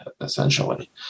essentially